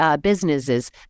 businesses